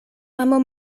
amo